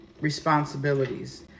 responsibilities